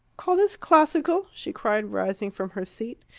call this classical! she cried, rising from her seat.